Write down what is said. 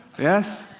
yes?